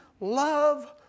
love